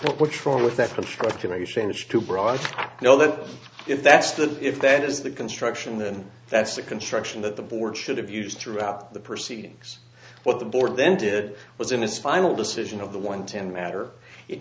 break what's wrong with that construction a change too broad you know that if that's the if that is the construction then that's the construction that the board should have used throughout the proceedings what the board then did was in this final decision of the one ten matter it